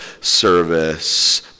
service